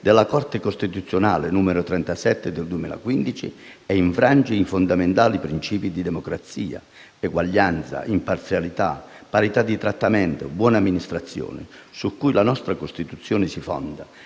della Corte costituzionale, n. 37 del 2015 e infrange i fondamentali principi di democrazia (uguaglianza, imparzialità, parità di trattamento e buona amministrazione), su cui la nostra Costituzione si fonda.